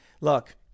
Look